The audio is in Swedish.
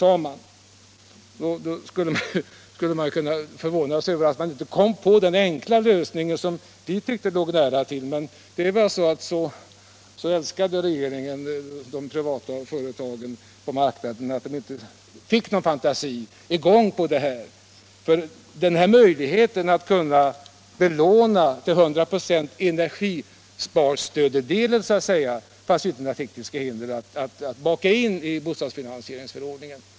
Det är förvånande att man inte kom på den enkla lösning som vi tyckte låg nära till hands, men så älskade regeringen de privata företagen på marknaden att den inte fick i gång någon fantasi i det här fallet. Möjlighet att till hundra procent belåna energispardelen fanns det inte några tekniska hinder mot att baka in i bostadsfinansieringsförordningen.